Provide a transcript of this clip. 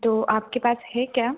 तो आपके पास है क्या